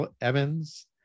Evans